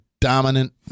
dominant